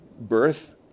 Birth